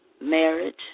Marriage